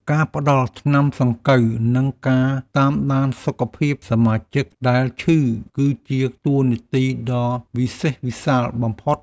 ការផ្តល់ថ្នាំសង្កូវ និងការតាមដានសុខភាពសមាជិកដែលឈឺ គឺជាតួនាទីដ៏វិសេសវិសាលបំផុត។